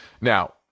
Now